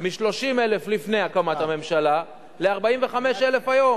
מ-30,000 לפני הקמת הממשלה ל-45,000 היום.